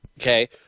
Okay